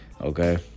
Okay